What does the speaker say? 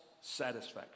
satisfaction